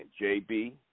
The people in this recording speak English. JB